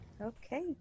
Okay